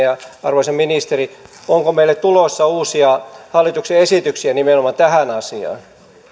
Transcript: siihen arvoisa ministeri onko meille tulossa uusia hallituksen esityksiä nimenomaan tähän asiaan